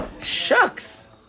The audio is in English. shucks